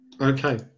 Okay